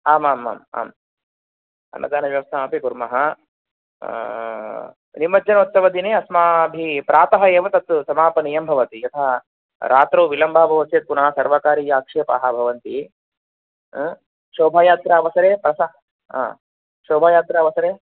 आम् आम् आम् आम् अन्नदानव्यवस्थामपि कुर्मः निमज्जनोत्सवदिने अस्माभिः प्रातः एव तत् समापनीयं भवति यतः रात्रौ विलम्बः भवति चेत् पुनः सर्वकारीय आक्षेपाः भवन्ति शोभयात्रावसरे प्रस शोभयात्रावसरे